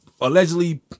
allegedly